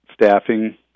staffing